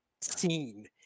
scene